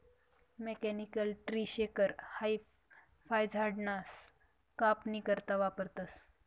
mechanical tree shaker हाई फयझाडसना कापनी करता वापरतंस